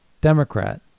democrat